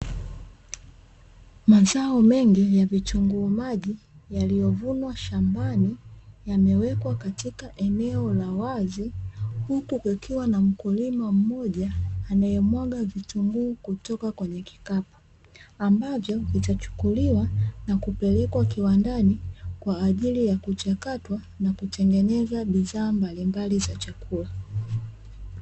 Mazao mengi ya vitunguu maji yaliyo vunwa shambani yamewekwa katika eneo la wazi huku kukiwa na mkulima mmoja anaye mwanga vitunguu kutoka kwenye kikapu ambavyo vitachukuliwa na kupelekwa kiwandani kwa ajili ya kuchakatwa na kutengeneza bidhaa mbalimbali za chakula.